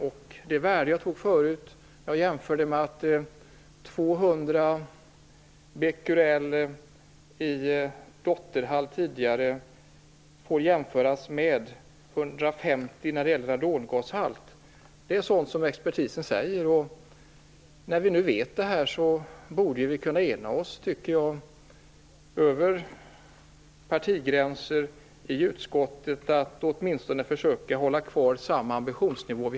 Jag sade att tidigare 200 Bq i radondotterhalt är att jämföra med 150 Bq i radongashalt. Det är vad expertisen säger. När vi nu vet det borde väl vi i utskottet väl kunna ena oss över partigränserna om att åtminstone försöka behålla tidigare ambitionsnivå.